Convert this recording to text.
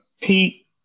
Pete